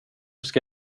ska